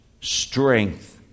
strength